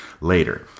later